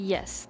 Yes